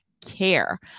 care